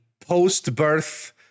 post-birth